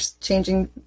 changing